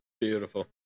Beautiful